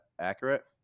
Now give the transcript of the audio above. accurate